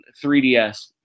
3DS